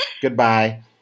Goodbye